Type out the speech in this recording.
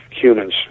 humans